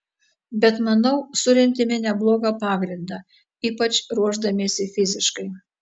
bet manau surentėme neblogą pagrindą ypač ruošdamiesi fiziškai